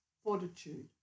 fortitude